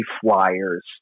flyers